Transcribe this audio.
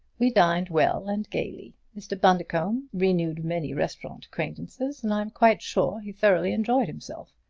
we dined well and gayly. mr. bundercombe renewed many restaurant acquaintances and i am quite sure he thoroughly enjoyed himself.